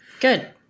Good